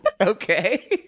Okay